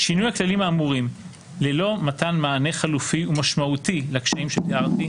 שינוי הכללים האמורים ללא מתן מענה חלופי ומשמעותי לקשיים שתיארתי,